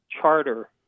charter